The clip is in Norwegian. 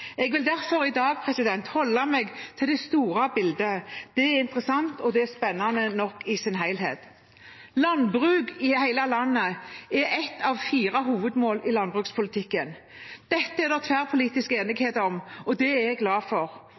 Jeg vil derfor i dag holde meg til det store bildet. Det er interessant og spennende nok i sin helhet. Landbruk i hele landet er ett av fire hovedmål i landbrukspolitikken. Dette er det tverrpolitisk enighet om, og det er jeg glad for.